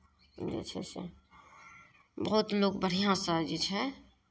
जे छै से बहुत लोक बढ़िआँसँ जे छै